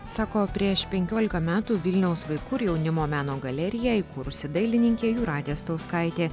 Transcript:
sako prieš penkiolika metų vilniaus vaikų ir jaunimo meno galeriją įkūrusi dailininkė jūratė stauskaitė